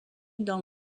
dans